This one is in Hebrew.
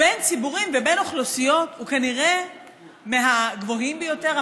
בין ציבורים ובין אוכלוסיות הוא כנראה מהגבוהים ביותר,